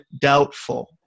doubtful